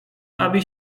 aby